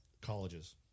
colleges